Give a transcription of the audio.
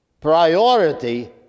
priority